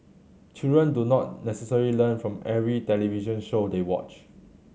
children do not necessarily learn from every television show they watch